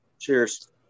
Cheers